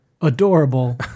adorable